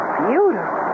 beautiful